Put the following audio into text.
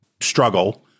struggle